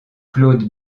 claude